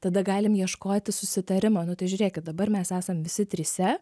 tada galim ieškoti susitarimo nu tai žiūrėkit dabar mes esam visi trise